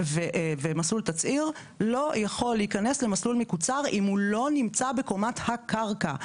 ומסלול תצהיר לא יכול להיכנס למסלול מקוצר אם הוא לא נמצא בקומת הקרקע.